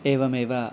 एवमेव